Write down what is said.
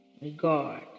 regard